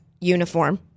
uniform